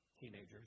teenagers